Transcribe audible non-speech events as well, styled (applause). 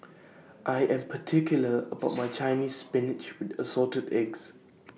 I Am particular about (noise) My Chinese Spinach with Assorted Eggs